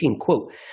quote